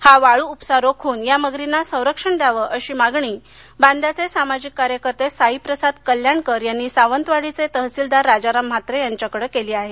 हा वाळू उपसा रोखून या मगरीना सरक्षण द्यावं अशी मागणी बांद्याचे सामाजिक कार्यकर्ते साईप्रसाद कल्याणकर यांनी सावंतवाडीचे तहसीलदार राजाराम म्हात्रे यांच्याकडे केली आहे